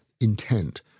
intent